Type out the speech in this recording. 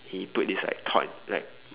he put this like cloud like